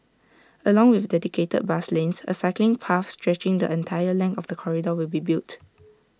along with dedicated bus lanes A cycling path stretching the entire length of the corridor will be built